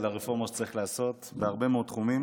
ועל הרפורמה שצריך לעשות בהרבה מאוד תחומים.